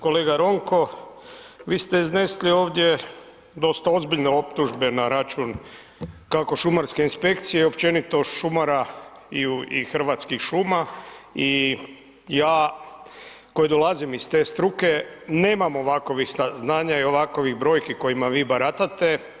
Kolega Ronko, vi ste iznesli ovdje dosta ozbiljne optužbe na račun kako šumarske inspekcije i općenito šumara i Hrvatskih šuma i ja koji dolazim iz te struke nemam ovakvih saznanja i ovakvih brojki kojima vi baratate.